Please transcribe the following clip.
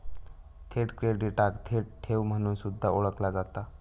थेट क्रेडिटाक थेट ठेव म्हणून सुद्धा ओळखला जाता